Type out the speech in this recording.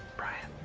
brian.